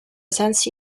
sensi